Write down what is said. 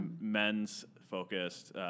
men's-focused